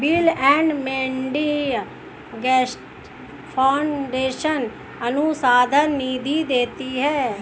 bill and Melinda Gates Foundation अनुसंधान निधि देती है